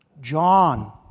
John